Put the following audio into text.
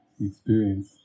experience